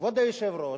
כבוד היושב-ראש,